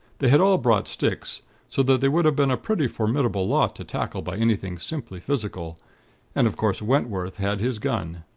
they had all brought sticks so that they would have been a pretty formidable lot to tackle by anything simply physical and, of course, wentworth had his gun.